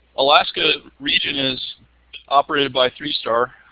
alaska's region is operated by three star,